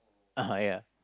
uh ya